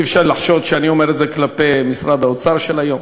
אי-אפשר לחשוד שאני אומר את זה כלפי משרד האוצר של היום,